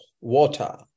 water